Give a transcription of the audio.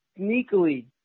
sneakily